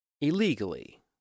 illegally